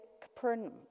Capernaum